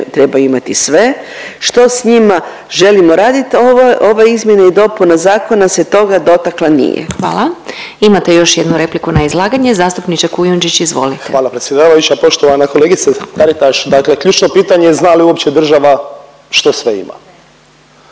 Trebaju imati sve. Što s njima želimo raditi? Ove izmjene i dopuna zakona se toga dotakla nije. **Glasovac, Sabina (SDP)** Hvala. Imate još jednu repliku na izlaganje, zastupniče Kujundžić izvolite. **Kujundžić, Ante (MOST)** Hvala predsjedavajuća. Poštovana kolegice Taritaš. Dakle, ključno pitanje znali li uopće država što sve ima?